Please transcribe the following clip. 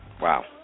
Wow